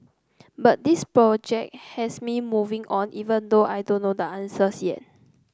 but this project has me moving on even though I don't know the answers yet